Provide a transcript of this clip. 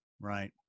right